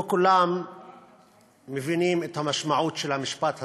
לא כולם מבינים את המשמעות של המשפט הזה.